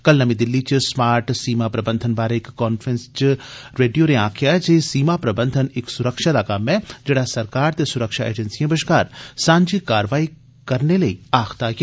कल नमीं दिल्ली इच स्मार्ट सीमा प्रबंधन बारे इक कांफ्रैंस इच श्री रेडडी होरें आक्खेया जे सीमा प्रबंधन इक सुरक्षा कम्म ऐ जेह्ड़ा सरकार ते सुरक्षा एजैंसिएं बष्कार सांझी कारवाई करने लेई आक्खदा ऐ